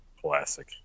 classic